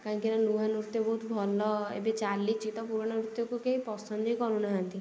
କାହିଁକିନା ନୂଆ ନୃତ୍ୟ ବହୁତ ଭଲ ଏବେ ଚାଲିଛି ତ ପୁରୁଣା ନୃତ୍ୟକୁ କେହି ପସନ୍ଦ ହିଁ କରୁନାହାଁନ୍ତି